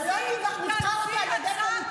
אבל לא נבחר אותו על ידי פוליטיקאים.